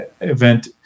event